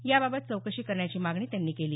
याबाबत चौकशी करण्याची मागणी त्यांनी केली